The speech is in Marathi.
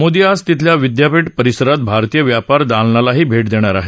मोदी आज तिथल्या विद्यापीठ परिसरात भारतीय व्यापार दालनालाही भेट देणार आहेत